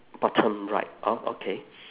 bottom right o~ okay